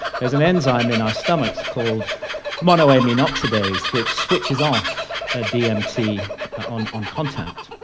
there's an enzyme in our stomachs called monoaminoxydase which switches off dmt on on contact.